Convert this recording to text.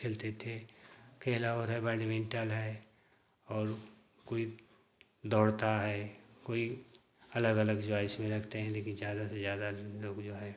खेलते थे खेला और है बैडमिंटल है और कोई दौड़ता है कोई अलग अलग जॉइस में रखते हैं लेकिन ज़्यादा से ज़्यादा लोग जो है